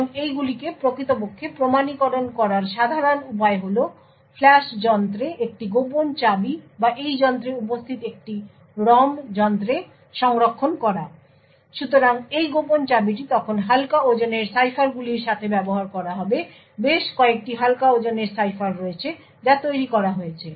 এখন এইগুলিকে প্রকৃতপক্ষে প্রমাণীকরণ করার সাধারণ উপায় হল ফ্ল্যাশ যন্ত্রে একটি গোপন চাবি বা এই যন্ত্রে উপস্থিত একটি ROM যন্ত্রে সংরক্ষণ করা সুতরাং এই গোপন চাবিটি তখন হালকা ওজনের সাইফারগুলির সাথে ব্যবহার করা হবে বেশ কয়েকটি হালকা ওজনের সাইফার রয়েছে যা তৈরি করা হয়েছে